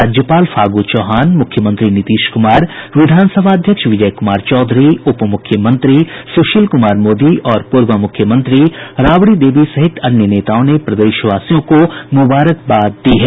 राज्यपाल फागू चौहान मुख्यमंत्री नीतीश कुमार विधानसभा अध्यक्ष विजय कुमार चौधरी उप मुख्यमंत्री सुशील कुमार मोदी और पूर्व मुख्यमंत्री राबड़ी देवी सहित अन्य नेताओं ने प्रदेशवासियों को मुबारकबाद दी है